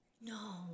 No